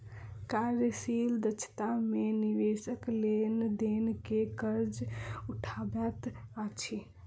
क्रियाशील दक्षता मे निवेशक लेन देन के खर्च उठबैत अछि